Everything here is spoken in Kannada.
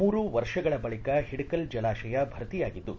ಮೂರು ವರ್ಷಗಳ ಬಳಿಕ ಹಿಡಕಲ್ ಜಲಾಶಯ ಭರ್ತಿಯಾಗಿದ್ದು